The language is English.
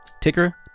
ticker